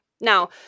Now